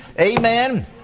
Amen